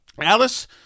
Alice